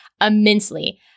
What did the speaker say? immensely